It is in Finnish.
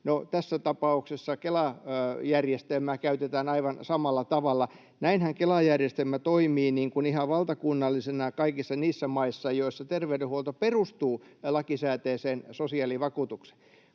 tässä tapauksessa Kela-järjestelmää käytetään aivan samalla tavalla. Näinhän Kela-järjestelmä toimii ihan valtakunnallisena kaikissa niissä maissa, joissa terveydenhuolto perustuu lakisääteiseen sosiaalivakuutukseen.